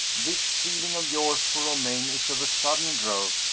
this feeling of yours for romayne is of sudden growth.